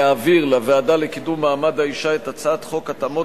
להעביר לוועדה לקידום מעמד האשה את הצעת חוק התאמות